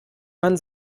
man